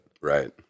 right